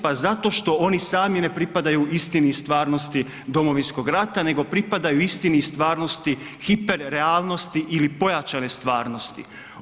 Pa zato što oni sami ne pripadaju istini i stvarnosti domovinskog rata, nego pripadaju istini i stvarnosti hiper realnosti ili pojačane stvarnosti.